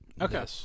Okay